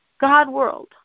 God-world